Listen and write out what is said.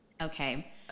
Okay